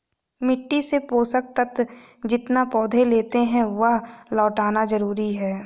मिट्टी से पोषक तत्व जितना पौधे लेते है, वह लौटाना जरूरी है